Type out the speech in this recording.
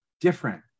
different